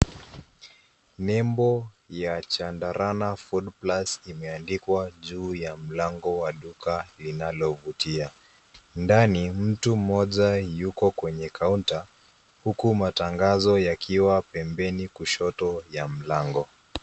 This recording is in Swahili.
Lebo ya Jadarana Food Plus imeandikwa juu ya mlango wa duka, linalofutia ndani. Mtu mmoja yuko kwenye kaunta, huku matangazo yakiwa pembeni kushoto ya mlango.